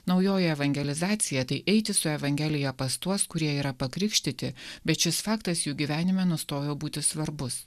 naujoji evangelizacija tai eiti su evangelija pas tuos kurie yra pakrikštyti bet šis faktas jų gyvenime nustojo būti svarbus